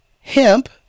hemp